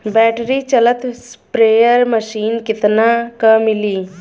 Battery चलत sprayer machine कितना क मिली?